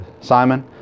Simon